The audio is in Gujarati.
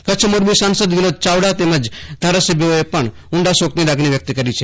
કચ્છ મોરબી સંસદ વિનોદ ચાવડા તેમજ ધારાસભ્યોએ પણ દ્વઃખની લાગણી વ્યક્ત કરી હતી